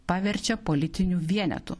paverčia politiniu vienetu